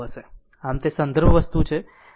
આમ તે સંદર્ભ વસ્તુ છે